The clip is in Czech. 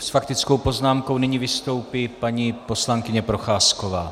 S faktickou poznámkou nyní vystoupí paní poslankyně Procházková.